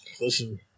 listen